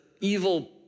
evil